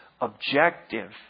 objective